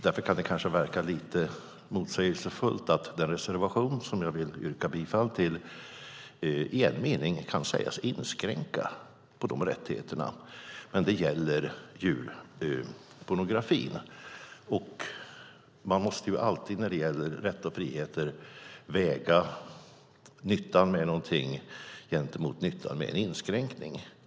Det kan kanske därför verka lite motsägelsefullt att den reservation som jag vill yrka bifall till i en mening kan sägas inskränka de rättigheterna, men det gäller djurpornografin. Man måste alltid när det gäller rätt och friheter väga nyttan med någonting mot fördelen av en inskränkning.